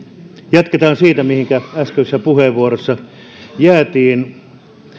jatketaan siitä mihinkä äskeisessä puheenvuorossa jäätiin